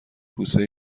کوسه